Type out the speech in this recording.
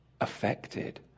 affected